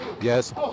yes